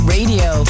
Radio